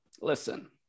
listen